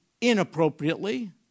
inappropriately